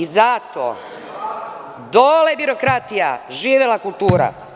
Zato, dole birokratija, živela kultura.